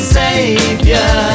savior